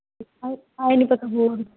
ਆਏਂ ਆਏਂ ਨਹੀਂ ਪਤਾ ਹੋਰ